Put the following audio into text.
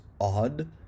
odd